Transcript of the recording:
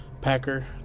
Packer